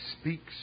speaks